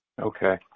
Okay